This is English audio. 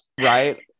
Right